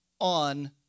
on